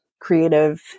creative